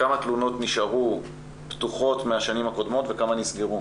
כמה תלונות נשארו פתוחות משנים קודמות וכמה תלונות נסגרו